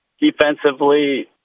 defensively